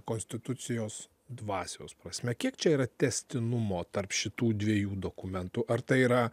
konstitucijos dvasios prasme kiek čia yra tęstinumo tarp šitų dviejų dokumentų ar tai yra